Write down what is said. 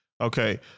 Okay